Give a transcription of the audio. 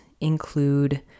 include